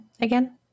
again